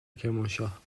کرمانشاه